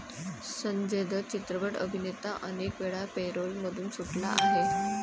संजय दत्त चित्रपट अभिनेता अनेकवेळा पॅरोलमधून सुटला आहे